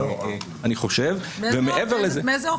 באיזה אופן?